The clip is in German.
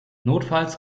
notfalls